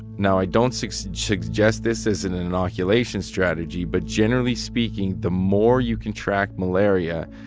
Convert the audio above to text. now, i don't suggest suggest this as an inoculation strategy. but generally speaking, the more you contract malaria,